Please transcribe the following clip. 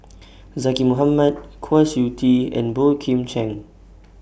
Zaqy Mohamad Kwa Siew Tee and Boey Kim Cheng